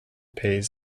pays